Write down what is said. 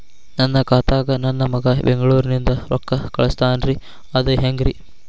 ನನ್ನ ಖಾತಾಕ್ಕ ನನ್ನ ಮಗಾ ಬೆಂಗಳೂರನಿಂದ ರೊಕ್ಕ ಕಳಸ್ತಾನ್ರಿ ಅದ ಹೆಂಗ್ರಿ?